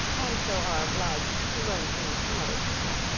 and so are obliged to learn things from other people.